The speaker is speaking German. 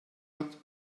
hat